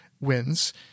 wins